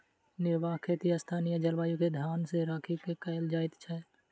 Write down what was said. निर्वाह खेती स्थानीय जलवायु के ध्यान मे राखि क कयल जाइत छै